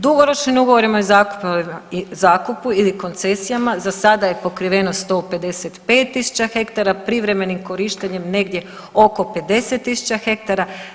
Dugoročnim ugovorima i zakupu ili koncesijama za sada je pokriveno 155.000 hektara, privremenim korištenjem negdje oko 50.000 hektara.